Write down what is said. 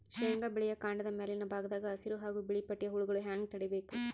ಶೇಂಗಾ ಬೆಳೆಯ ಕಾಂಡದ ಮ್ಯಾಲಿನ ಭಾಗದಾಗ ಹಸಿರು ಹಾಗೂ ಬಿಳಿಪಟ್ಟಿಯ ಹುಳುಗಳು ಹ್ಯಾಂಗ್ ತಡೀಬೇಕು?